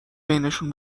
بینشون